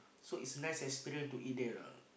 so is nice experience to eat there lah